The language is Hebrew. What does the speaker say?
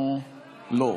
לא.